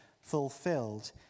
fulfilled